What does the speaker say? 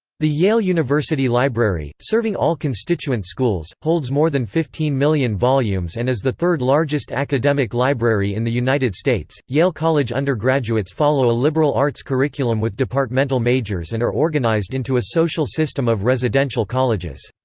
the yale university library, serving all constituent schools, holds more than fifteen million volumes and is the third-largest academic library in the united states yale college undergraduates follow a liberal arts curriculum with departmental majors and are organized into a social system of residential colleges.